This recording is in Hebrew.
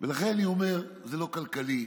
ולכן אני אומר, זה לא כלכלי,